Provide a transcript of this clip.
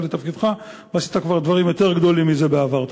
לתפקידך ועשית כבר דברים יותר גדולים מזה בעבר.